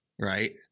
Right